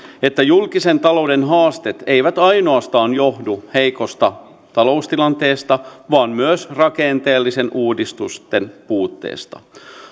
että julkisen talouden haasteet eivät ainoastaan johdu heikosta taloustilanteesta vaan myös rakenteellisten uudistusten puutteesta